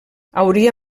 hauria